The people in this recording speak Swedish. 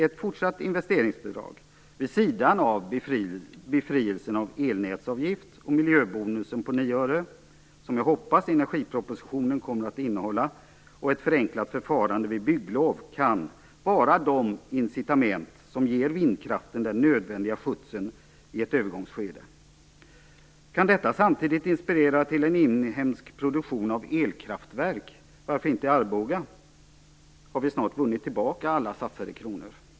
Ett fortsatt investeringsbidrag, vid sidan av befrielsen av elnätsavgift och miljöbonusen på 9 öre, som jag hoppas att energipropositionen kommer att innehålla, och ett förenklat förfarande vid bygglov kan vara de incitament som ger vindkraften den nödvändiga skjutsen i ett övergångsskede. Kan detta samtidigt inspirera till en inhemsk produktion av elkraftverk - varför inte i Arboga - har vi snart vunnit tillbaka alla satsade kronor.